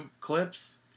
clips